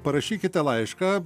parašykite laišką